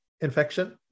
infection